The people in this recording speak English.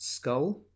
Skull